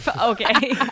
Okay